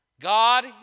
God